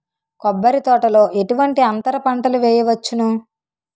కొబ్బరి తోటలో ఎటువంటి అంతర పంటలు వేయవచ్చును?